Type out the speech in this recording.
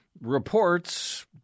reports